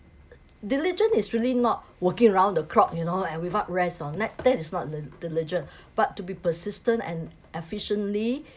diligent is really not working around the clock you know and without rest or that that is not the diligent but to be persistent and efficiently